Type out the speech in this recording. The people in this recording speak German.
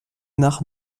nach